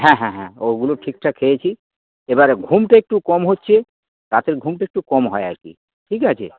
হ্যাঁ হ্যাঁ হ্যাঁ ওগুলো ঠিকঠাক খেয়েছি এবারে ঘুমটা একটু কম হচ্ছে রাতের ঘুমটা একটু কম হয় আর কি ঠিক আছে